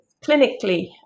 clinically